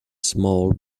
small